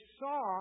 saw